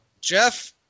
Jeff